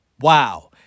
Wow